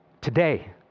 today